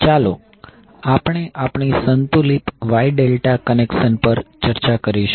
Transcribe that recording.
ચાલો આપણે આપણી સંતુલિત Y ∆ કનેક્શન પર ચર્ચા કરીશું